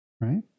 right